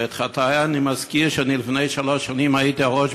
ואת חטאי אני מזכיר: אני לפני שלוש שנים הייתי ראש